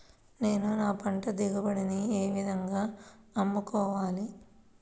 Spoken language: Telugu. నేను నా పంట దిగుబడిని ఏ విధంగా అమ్ముకోవాలి?